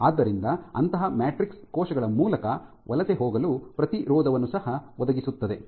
ಆದ್ದರಿಂದ ಅಂತಹ ಮ್ಯಾಟ್ರಿಕ್ಸ್ ಕೋಶಗಳ ಮೂಲಕ ವಲಸೆ ಹೋಗಲು ಪ್ರತಿರೋಧವನ್ನು ಸಹ ಒದಗಿಸುತ್ತದೆ